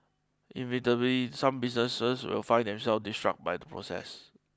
inevitably some businesses will find themselves disrupt by the process